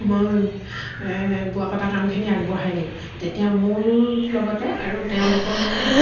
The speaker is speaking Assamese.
মই বোৱা কটা কামখিনি আগবঢ়াই নিম তেতিয়া মোৰ লগতে আৰু তেওঁলোকৰো